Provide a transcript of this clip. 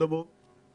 הי"ד...